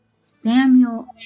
Samuel